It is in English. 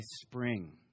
Spring